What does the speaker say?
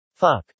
Fuck